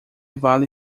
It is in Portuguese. vale